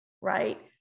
right